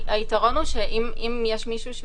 היתרון הוא שאם יש מישהו,